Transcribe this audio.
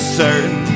certain